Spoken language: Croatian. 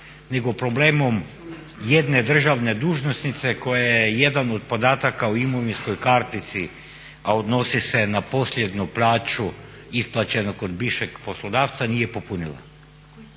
nego problemom jedne državne dužnosnice koja je jedan od podataka u imovinskoj kartici, a odnosi se na posljednju plaću isplaćenu kod bivšeg poslodavca nije popunila.